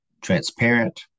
transparent